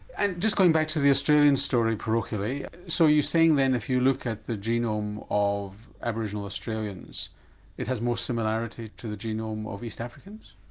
and just going back to the australian story parochially, so you're saying then if you look at the genome of aboriginal australians it has more similarity to the genome of east africans?